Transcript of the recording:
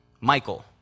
Michael